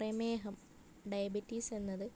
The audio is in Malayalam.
പ്രമേഹം ഡയബറ്റീസ് എന്നത്